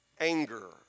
anger